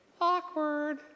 Awkward